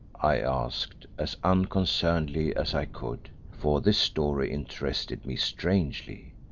i asked, as unconcernedly as i could, for this story interested me strangely.